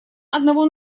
одного